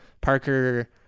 Parker